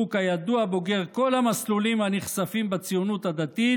שהוא כידוע בוגר כל המסלולים הנכספים בציונות הדתית,